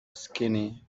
skinny